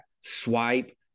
Swipe